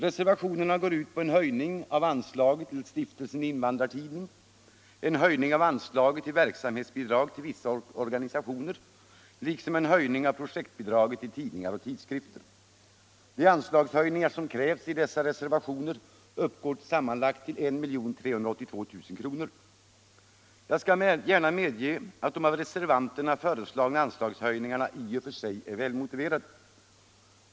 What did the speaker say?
Rescrvationerna går ut på en höjning av anslaget till Stiftelsen Invandrartidningen, en höjning av anslaget till verksamhetsbidrag till vissa organisationer liksom en höjning av projektbidraget till tidningar och tidskrifter. De anslagshöjningar som krävs i dessa reservationer uppgår till sammanlagt 1 382 000 kr. Jag skall gärna medge att de av reservanterna föreslagna anslagshöjningarna i och för sig är välmotiverade.